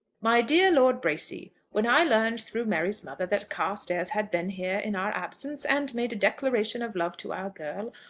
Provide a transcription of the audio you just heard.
my dear lord bracy when i learned, through mary's mother, that carstairs had been here in our absence and made a declaration of love to our girl,